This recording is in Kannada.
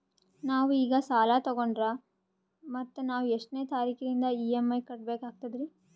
ನಾವು ಈಗ ಸಾಲ ತೊಗೊಂಡ್ರ ಮತ್ತ ನಾವು ಎಷ್ಟನೆ ತಾರೀಖಿಲಿಂದ ಇ.ಎಂ.ಐ ಕಟ್ಬಕಾಗ್ತದ್ರೀ?